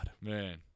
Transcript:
Man